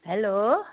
hello